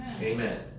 amen